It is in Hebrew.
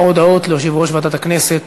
כמה הודעות ליושב-ראש ועדת הכנסת